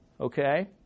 Okay